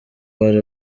bari